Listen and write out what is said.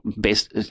based